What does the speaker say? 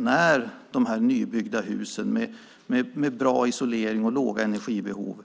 När de nybyggda husen med bra isolering och låga energibehov